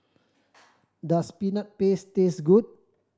does Peanut Paste taste good